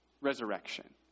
resurrection